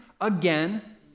again